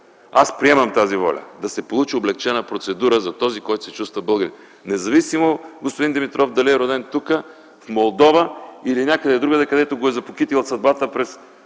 Аз приемам тази воля – да се получи облекчена процедура за този, който се чувства българин, независимо, господин Димитров, дали е роден тук, в Молдова или някъде другаде, където го е запокитила съдбата чрез